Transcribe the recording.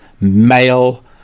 male